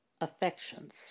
affections